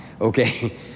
okay